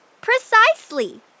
Precisely